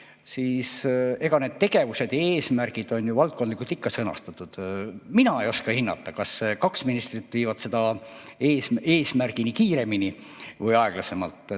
siis eks tegevused ja eesmärgid on ju valdkondlikult ikka sõnastatud. Mina ei oska hinnata, kas kaks ministrit viivad seda eesmärgini kiiremini või aeglasemalt.